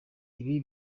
ibi